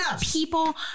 people